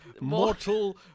mortal